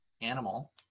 animal